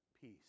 peace